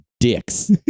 Dicks